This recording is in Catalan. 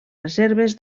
reserves